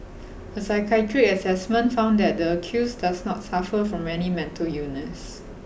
a psychiatric assessment found that the accused does not suffer from any mental illness